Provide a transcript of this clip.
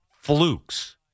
flukes